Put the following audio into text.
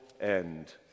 end